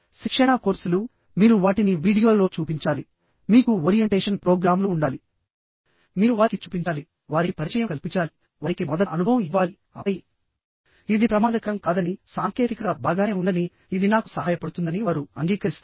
శిక్షణా కోర్సులు మీరు వాటిని వీడియోలలో చూపించాలిమీకు ఓరియంటేషన్ ప్రోగ్రామ్లు ఉండాలిమీరు వారికి చూపించాలి వారికి పరిచయం కల్పించాలివారికి మొదట అనుభవం ఇవ్వాలిఆపై ఇది ప్రమాదకరం కాదనిసాంకేతికత బాగానే ఉందనిఇది నాకు సహాయపడుతుందని వారు అంగీకరిస్తారు